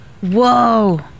Whoa